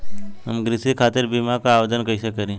हम कृषि खातिर बीमा क आवेदन कइसे करि?